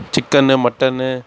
chicken mutton